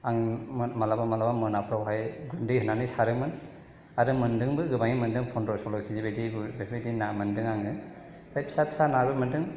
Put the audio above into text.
आं मालाबा मालाबा मोनाफ्रावहाय गुन्दै होनानै सारोमोन आरो मोन्दोंबो गोबाङै मोन्दों फन्द्र' सल्ल' केजि बेफोरबायदि ना मोन्दों आङो ओमफ्राय फिसा फिसा नाबो मोन्दों